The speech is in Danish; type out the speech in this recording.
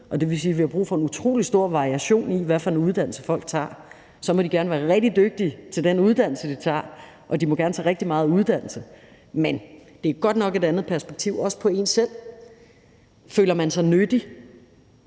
og det vil sige, at vi har brug for en utrolig stor variation, i forhold til hvad for en uddannelse folk tager. Så må de gerne være rigtig dygtige til den uddannelse, de tager, og de må gerne tage rigtig meget uddannelse, men det er godt nok et andet perspektiv, også på en selv. Føler man sig nyttig?